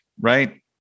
right